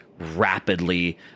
rapidly